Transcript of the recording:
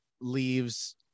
leaves